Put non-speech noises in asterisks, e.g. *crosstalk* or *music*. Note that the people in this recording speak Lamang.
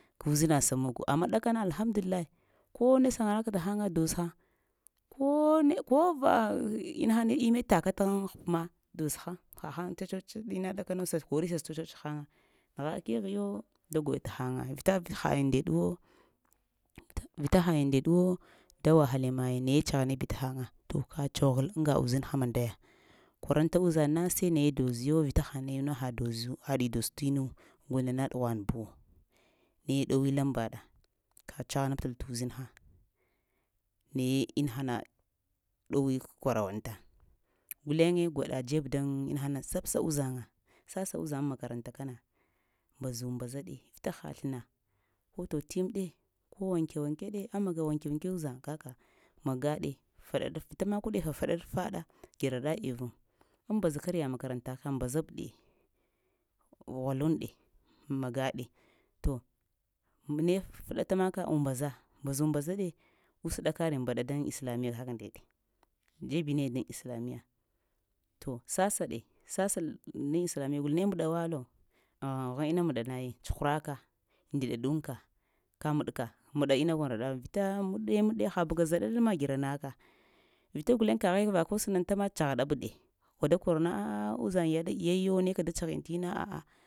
Ka uzinaɗ sa mogo amma ɗakana alhamdulillai, ko ne saŋanaka təhəŋ doz həŋ ko nu kova *hesitation* inaha irume taka taghŋ hup ma doz həŋ hahəŋ tsatsots tina kəɗakana səkoree sa tsa-tsots həŋa nəgha keghe yoo, da goy təhaya vita hai ndeɗwo, te vita tsaghanabi tahaya to ka tsoghal aŋga uzinha mandaya, kwaranta uzaŋna sai naye toziyo vita ha nayuna zu haɗi doz te inu golna na ɗughwan buwo raye ɗowi laŋmbaɗa ka tsagha nabtal tu uzinha, naye inahana dowi kə kwarawanta, guleŋe gwaɗa dzeb daŋ inahana sabsa uzaŋa, sasa uzaŋ aŋ makaranata kana mbazu-mbaza de vita haha sləna ko tot timɗe, ko wanke-wanke ɗe amaga wanke-wanke uzaŋ kakana magaɗe faɗaɗab-vita makw ɗe, faɗaɗ faɗa gyarara iveŋ aŋ mbaza kariya makaranta mbazab ɗe, ghwaluŋɗe, magaɗe to ne pəɗata maka umbaza, mbazu-mbaza ɗe usəɗa kari mbaɗa kari mbaɗa daŋ islamiya kak ndeɗe dzebinaya day islamiya, to sasa ɗe sasal daŋ islamiya gol, ne məɗawa lo? Aghŋ-aghŋ ina məɗanayiŋ, tsuhuraka ndiɗaɗuŋka, ka məɗka məɗa inunda məɗ aɗalo, vita məɗɗe-meɗ-ɗe ha bugunda zeɗaɗ ma gyarana ka, vita kaghe vakol sənaŋta ma tsaghaɗab ɗe gwa da korna a'a ah uzaŋya yayo neka da tsaghiŋ tina a'a.